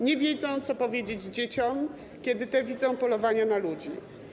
Nie wiedzą, co powiedzieć dzieciom, kiedy te widzą polowania na ludzi.